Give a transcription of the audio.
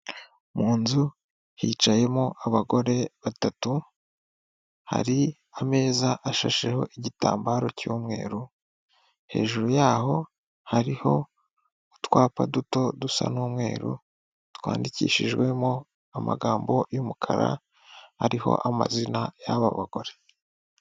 Mu nzu hicayemo abagore batatu hari ameza ashasheho igitambaro cy'umweru, hejuru yaho hariho utwapa duto dusa n'umweru twandikishijwemo amagambo y'umukara ariho amazina y'aba bagore.